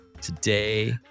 Today